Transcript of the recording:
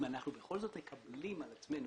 אם אנחנו בכל זאת מקבלים על עצמנו